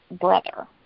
brother